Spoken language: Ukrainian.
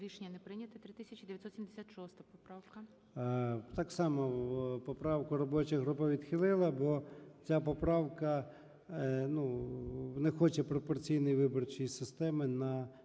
Так само поправку робоча група відхилила, бо ця поправка, ну, не хоче пропорційної виборчої системи на